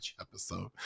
episode